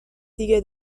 دیگه